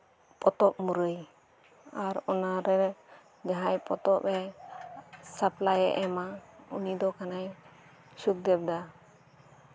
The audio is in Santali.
ᱯᱚᱛᱚᱵ ᱢᱩᱨᱟᱹᱭ ᱟᱨ ᱚᱱᱟᱨᱮ ᱡᱟᱦᱟᱸᱭᱮ ᱯᱚᱛᱚᱵ ᱮ ᱥᱟᱯᱞᱟᱭ ᱮᱢᱟ ᱩᱱᱤ ᱫᱚ ᱠᱟᱱᱟᱭ ᱥᱩᱠᱫᱮᱵᱽ ᱫᱟ